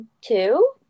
Two